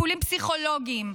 טיפולים פסיכולוגיים,